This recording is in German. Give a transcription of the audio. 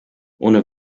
ohne